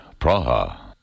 Praha